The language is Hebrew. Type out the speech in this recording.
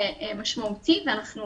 שינוי משמעותי, ואנחנו